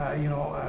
ah you know,